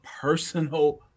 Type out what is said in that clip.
personal